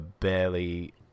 barely